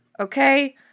okay